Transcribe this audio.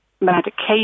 medication